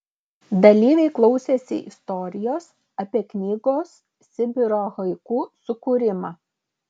dalyviai klausėsi istorijos apie knygos sibiro haiku sukūrimą